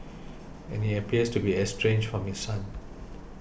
and he appears to be estranged from his son